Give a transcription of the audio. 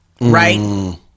Right